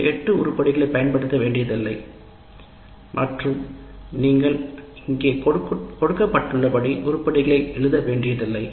நீங்கள் 8 உருப்படிகள் பயன்படுத்த வேண்டியதில்லை மற்றும் நீங்கள் இங்கே கொடுக்கப்பட்டுள்ளபடி உருப்படிகளை எழுத வேண்டியதில்லை